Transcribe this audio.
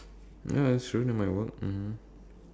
ya it's true that might work mmhmm